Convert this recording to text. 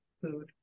food